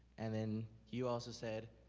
and then you also said